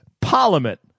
Parliament